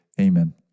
Amen